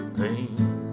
pain